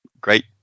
great